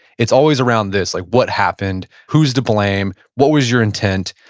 it's always around this like what happened? who's to blame? what was your intent?